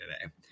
today